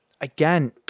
again